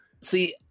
See